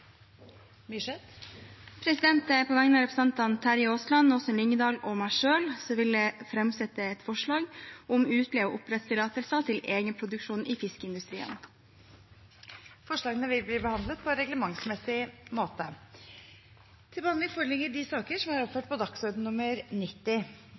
representantforslag. På vegne av representantene Terje Aasland, Åsunn Lyngedal og meg selv vil jeg framsette et forslag om utleie av oppdrettstillatelser til egenproduksjon i fiskeindustrien. Forslagene vil bli behandlet på reglementsmessig måte. Sakene nr. 1–3 vil bli behandlet under ett. Jeg tar ordet til